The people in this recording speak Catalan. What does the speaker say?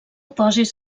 posis